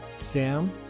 Sam